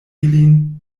ilin